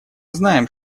знаем